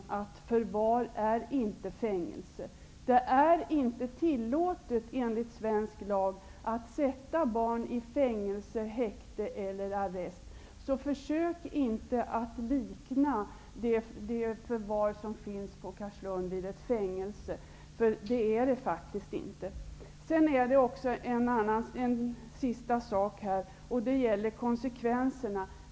Enligt svensk lag är det inte tillåtet att sätta barn i fängelse, häkte eller arrest. Så försök inte att likna det förvarstagande som finns på Carlslund vid ett fängelse! Det är det faktiskt inte fråga om.